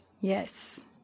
yes